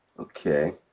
okay.